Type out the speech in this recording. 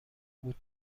بود